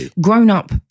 grown-up